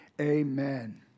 amen